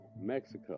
Mexico